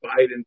Biden